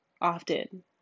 Often